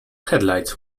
headlights